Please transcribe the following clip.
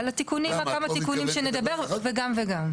על התיקונים, כמה תיקונים שנדבר, וגם וגם.